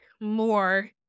more